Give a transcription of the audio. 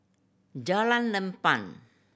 Jalan Lapang